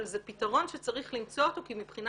אבל זה פיתרון שצריך למצוא אותו כי מבחינה